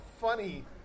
funny